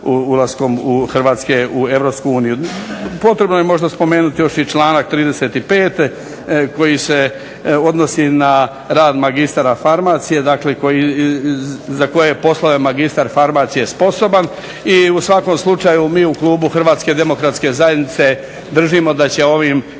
Hrvatske u EU. Potrebno je možda spomenuti još i članak 35. koji se odnosi na rad mr. farmacije, dakle za koje poslove mr. farmacije je sposoban. I u svakom slučaju mi u klubu HDZ-a držimo da će ovim